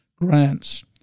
grants